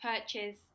purchase